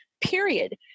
period